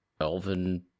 Elven